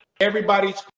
Everybody's